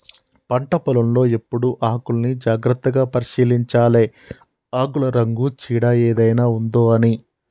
పంట పొలం లో ఎప్పుడు ఆకుల్ని జాగ్రత్తగా పరిశీలించాలె ఆకుల రంగు చీడ ఏదైనా ఉందొ అని